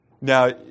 Now